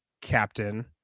captain